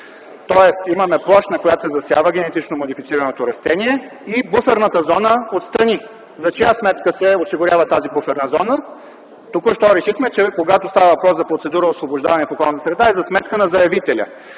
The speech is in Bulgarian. Тоест имаме площ, на която се засява генетично модифицираното растение, и буферната зона отстрани. За чия сметка се осигурява тази буферна зона? Току що решихме, че когато става въпрос за процедура „освобождаване в околната среда” е за сметка на заявителя.